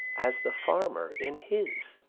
as the farmer in his,